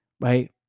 Right